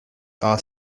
are